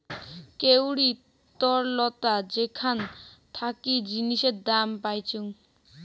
কাউরি তরলতা যেখান থাকি জিনিসের দাম পাইচুঙ